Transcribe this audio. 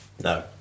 No